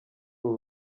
uru